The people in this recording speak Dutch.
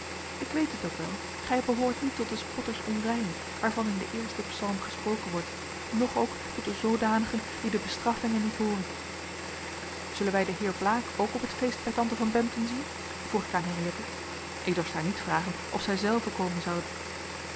ik weet het ook wel gij behoort niet tot de spotters onreyne waarvan in den eersten psalm gesproken wordt noch ook tot de zoodanigen die de bestraffinge niet hooren zullen wij den heer blaek ook op het feest bij tante van bempden zien vroeg ik aan henriëtte ik dorst haar niet vragen of zijzelve komen zoude